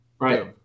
Right